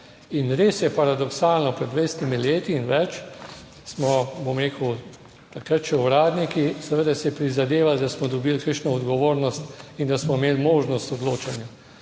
In res je paradoksalno, pred 20 leti in več smo, bom rekel, takrat še uradniki seveda si prizadevali, da smo dobili kakšno odgovornost in da smo imeli možnost odločanja.